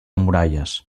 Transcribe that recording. muralles